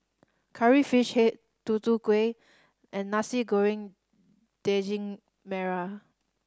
Curry Fish Head Tutu Kueh and Nasi Goreng Daging Merah